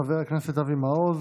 חבר הכנסת אבי מעוז,